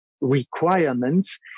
requirements